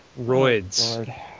Roids